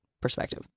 perspective